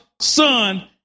Son